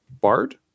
bard